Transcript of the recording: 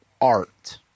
art